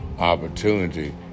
Opportunity